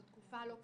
זו תקופה לא פשוטה.